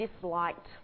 disliked